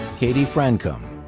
katy francom.